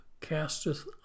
casteth